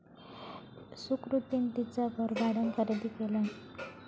सुकृतीन तिचा घर भाड्यान खरेदी केल्यान